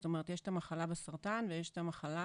זאת אומרת יש את המחלה סרטן ויש את המחלה